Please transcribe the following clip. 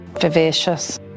Vivacious